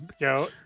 Yo